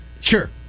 Sure